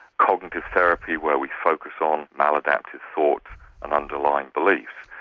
cognitive therapy where we focus on maladaptive thoughts and underlying beliefs.